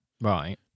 right